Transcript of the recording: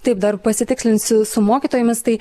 taip dar pasitikslinsiu su mokytojomis tai